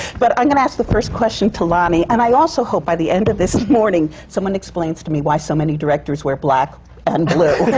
but i'm going to ask the first question to lonny, and i also hope by the end of this morning, someone explains to me why so many directors wear black and blue.